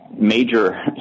major